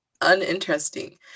uninteresting